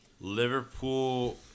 Liverpool